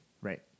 Right